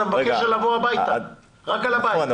אתה מבקש לדבר רק על הביקור בבית.